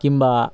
কিংবা